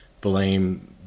blame